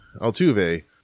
Altuve